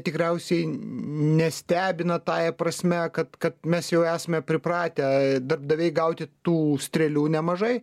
tikriausiai nestebina tąja prasme kad kad mes jau esame pripratę darbdaviai gauti tų strėlių nemažai